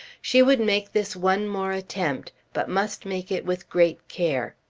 she would make this one more attempt, but must make it with great care.